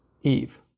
Eve